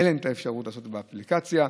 אין אפשרות להטעין באפליקציה.